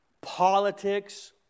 politics